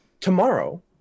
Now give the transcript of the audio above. tomorrow